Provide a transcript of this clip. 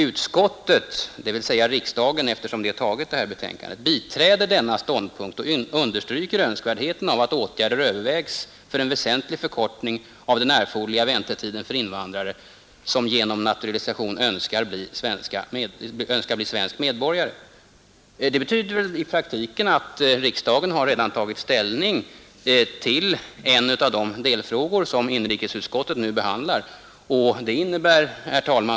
Utskottet” — dvs. riksdagen eftersom detta betänkande har antagits — ”biträder denna ståndpunkt och understryker önskvärdheten av att åtgärder övervägs för en väsentlig förkortning av den erforderliga väntetiden för invandrare, som genom naturalisation Önskar bli svensk medborgare.” Det betyder väl i praktiken att riksdagen redan har tagit ställning till en av de delfrågor som inrikesutskottet behandlar.